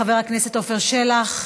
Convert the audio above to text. חבר הכנסת עופר שלח,